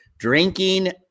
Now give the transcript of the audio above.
Drinking